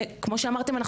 וכמו שאמרתן,